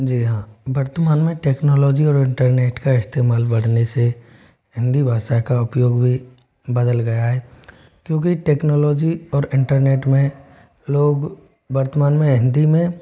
जी हाँ वर्तमान में टेक्नोलॉजी और इंटरनेट का इस्तेमाल बढ़ने से हिंदी भाषा का उपयोग भी बदल गया है क्योंकि टेक्नोलॉजी और इंटरनेट में लोग वर्तमान में हिंदी में